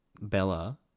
Bella